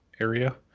area